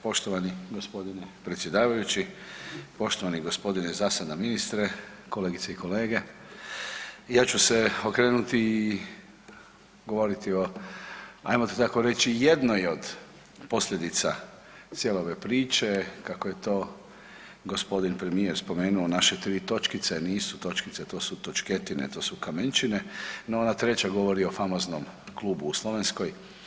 Poštovani gospodine predsjedavajući, poštovani gospodine zasada ministre, kolegice i kolege, ja ću se okrenuti i govoriti o ajmo to tako reći jednoj od posljedica cijele ove priče kako je to gospodin premijer spomenuo naše tri točkice nisu točkice, to su točketine, to su kamenčine, no ona treća govori o famoznom klubu u Slovenskoj.